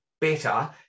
better